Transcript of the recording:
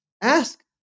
ask